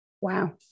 wow